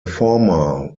former